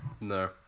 No